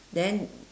then